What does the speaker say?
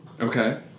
Okay